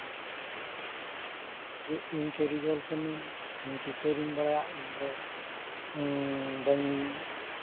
ᱨᱮᱱᱟᱜ ᱠᱟᱛᱷᱟ ᱫᱚ ᱡᱮ ᱤᱧ ᱠᱟᱹᱨᱤᱜᱚᱞ ᱠᱟᱹᱱᱟᱹᱧ ᱤᱧ ᱪᱤᱛᱟᱹᱨᱤᱧ ᱵᱟᱲᱟᱭᱟ ᱤᱧᱫᱚ ᱵᱟᱹᱧ